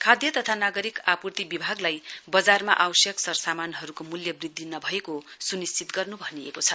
खाद्य तथा नागरिक आपुर्ति विभागलाई बजारमा आवश्यक सरसामानहरूको मूल्य दृद्धि नभएको सुनिश्चित गर्नु भनिएको छ